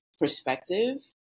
perspective